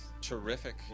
terrific